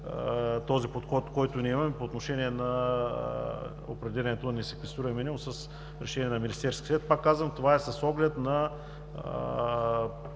подхода, който имаме по отношение на определянето на несеквестируем минимум с решение на Министерския съвет. Пак казвам, това е с оглед на